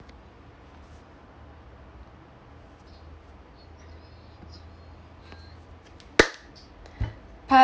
part